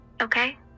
Okay